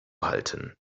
halten